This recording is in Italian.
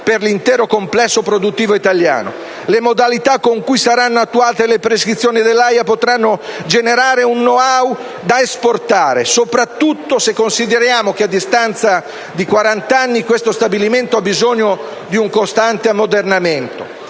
per l'intero complesso produttivo italiano. Le modalità con cui saranno attuate le prescrizioni dell'AIA potranno generare un *know-how* da esportare, soprattutto se consideriamo che a distanza di 40 quarant'anni questo stabilimento ha bisogno di un costante ammodernamento.